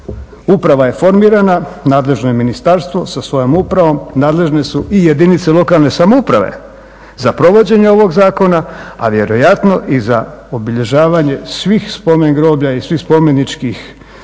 Uprava je formirana, nadležno je ministarstvo sa svojom upravom, nadležne su i jedinice lokalne samouprave za provođenje ovog zakona a vjerojatno i za obilježavanje svih spomen groblja i svih spomeničkih